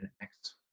next